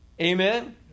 Amen